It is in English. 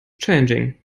changing